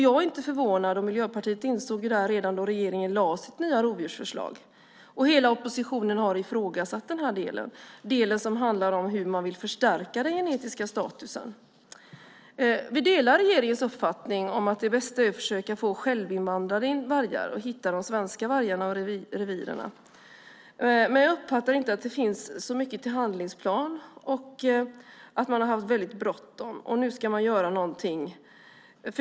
Jag är inte förvånad - Miljöpartiet insåg det redan då regeringen lade fram sitt nya rovdjursförslag. Hela oppositionen har ifrågasatt den del som handlar om hur man vill förstärka den genetiska statusen. Vi delar regeringens uppfattning om att det bästa är att försöka få självinvandrade vargar och hitta de svenska vargarna och reviren. Men jag uppfattar att det inte finns så mycket till handlingsplan och att man har haft väldigt bråttom. Nu ska man göra någonting.